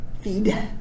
Feed